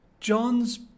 John's